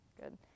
good